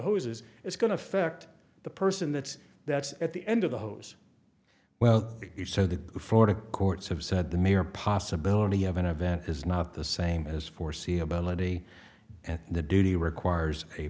hoses it's going to affect the person that's that's at the end of the hose well so the gforth courts have said the mere possibility of an event is not the same as foreseeability and the duty requires a